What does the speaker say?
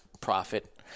profit